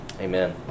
Amen